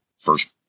first